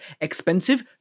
expensive